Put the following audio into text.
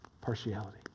partiality